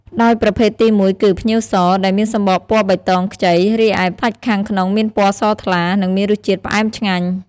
ដោយប្រភេទទីមួយគឺ ផ្ញៀវស ដែលមានសំបកពណ៌បៃតងខ្ចី រីឯសាច់ខាងក្នុងមានពណ៌សថ្លា និងមានរសជាតិផ្អែមឆ្ងាញ់។